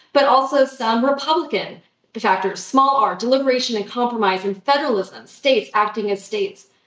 but also some republican but factors, small r, deliberation and compromise and federalism, states, acting and states.